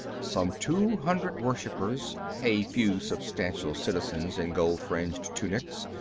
some two hundred worshipers a few substantial citizens in gold-fringed tunics,